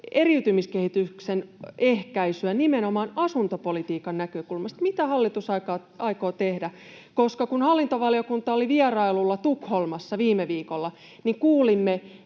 eriytymiskehityksen ehkäisyä nimenomaan asuntopolitiikan näkökulmasta: mitä hallitus aikoo tehdä? Koska kun hallintovaliokunta oli vierailulla Tukholmassa viime viikolla, kuulimme,